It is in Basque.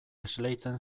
esleitzen